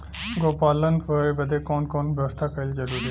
गोपालन करे बदे कवन कवन व्यवस्था कइल जरूरी ह?